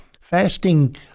fasting